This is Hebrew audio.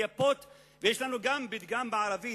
לייפות, יש לנו גם פתגם בערבית,